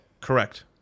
correct